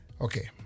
Okay